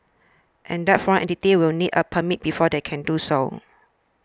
and that foreign entities will need a permit before they can do so